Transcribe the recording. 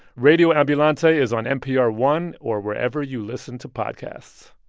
radio ambulante is on npr one or wherever you listen to podcasts